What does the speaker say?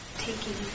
taking